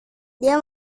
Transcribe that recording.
dia